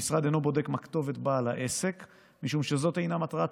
המשרד אינו בודק מה כתובת בעל העסק משום שזאת אינה מטרת הפרויקט,